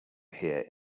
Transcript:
here